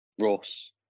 Ross